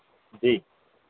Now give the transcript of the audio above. जी